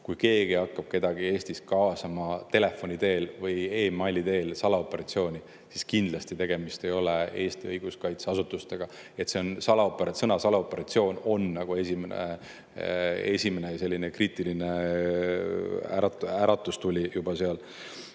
Kui keegi hakkab kedagi Eestis kaasama telefoni teel või e-maili teel salaoperatsiooni, siis kindlasti tegemist ei ole Eesti õiguskaitseasutustega. Sõna "salaoperatsioon" on seal nagu esimene selline kriitiline äratustuli juba.